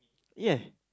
ya